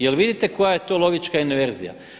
Je li vidite koja je to logička inverzija.